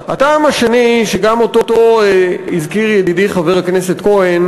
הטעם השני, שגם אותו הזכיר ידידי חבר הכנסת כהן,